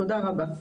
תודה רבה.